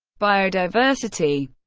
biodiversity